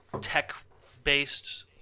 tech-based